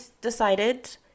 decided